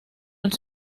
del